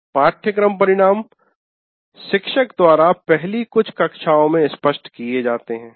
"पाठ्यक्रम परिणाम" शिक्षक द्वारा पहली कुछ कक्षाओं में स्पष्ट किए जाते हैं